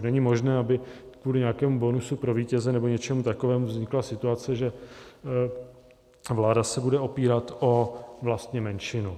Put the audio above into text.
Není možné, aby kvůli nějakému bonusu pro vítěze nebo něčemu takovému vznikla situace, že vláda se budu opírat vlastně o menšinu.